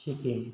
Sikkim